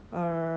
then